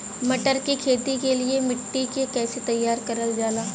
मटर की खेती के लिए मिट्टी के कैसे तैयार करल जाला?